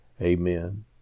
Amen